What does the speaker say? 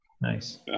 Nice